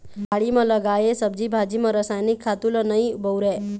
बाड़ी म लगाए सब्जी भाजी म रसायनिक खातू ल नइ बउरय